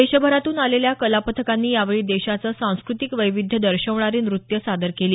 देशभरातून आलेल्या कलापथकांनी यावेळी देशाचं सांस्कृतिक वैविध्य दर्शवणारी नृत्यं सादर केली